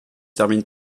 termine